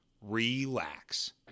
relax